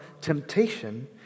temptation